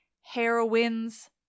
heroines